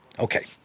Okay